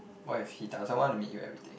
what if he doesn't want to meet you everyday